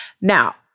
Now